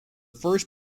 first